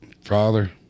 Father